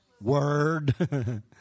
word